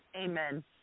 Amen